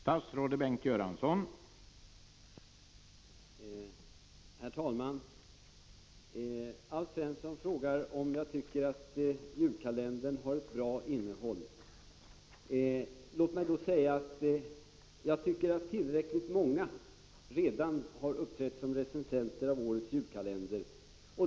Herr talman! Alf Svensson frågar om jag tycker att julkalendern har ett bra innehåll. Låt mig då säga att jag tycker att tillräckligt många redan har uppträtt som recensenter av årets julkalender.